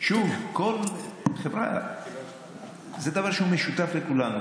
שוב, חבריא, זה דבר שהוא משותף לכולנו.